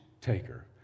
taker